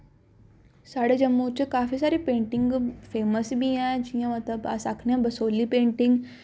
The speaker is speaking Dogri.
साढ़े जम्मू च काफी सारी पेंटिंग फेमस बी ऐं जि'यां मतलब अस आखने आं बसोली पेंटिंग